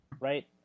Right